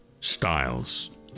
Styles